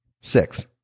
six